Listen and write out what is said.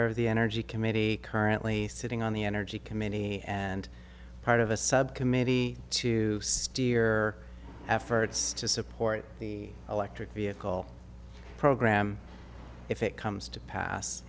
of the energy committee currently sitting on the energy committee and part of a subcommittee to stear efforts to support the electric vehicle program if it comes to pass